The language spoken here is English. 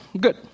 good